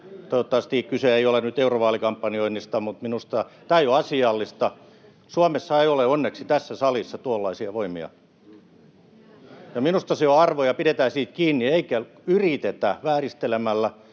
Toivottavasti kyse ei ole nyt eurovaalikampanjoinnista. Minusta tämä ei ole asiallista. Suomessa ei ole onneksi tässä salissa tuollaisia voimia. Minusta se on arvo, pidetään siitä kiinni eikä yritetä vääristelemällä